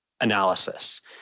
analysis